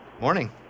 Morning